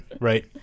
right